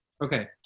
Okay